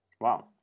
Wow